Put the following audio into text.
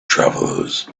travelers